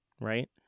right